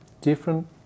different